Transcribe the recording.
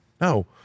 no